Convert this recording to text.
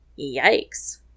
Yikes